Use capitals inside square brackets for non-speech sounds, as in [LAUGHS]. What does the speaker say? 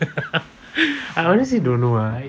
[LAUGHS] I honestly don't know ah I